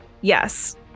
Yes